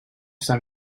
staan